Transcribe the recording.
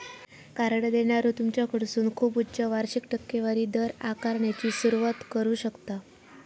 card देणारो तुमच्याकडसून खूप उच्च वार्षिक टक्केवारी दर आकारण्याची सुरुवात करू शकता